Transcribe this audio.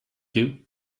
you